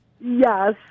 Yes